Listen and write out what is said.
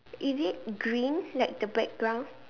is it green like the background